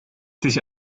dich